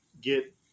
get